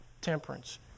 temperance